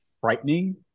frightening